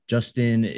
Justin